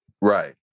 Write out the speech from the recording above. Right